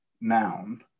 noun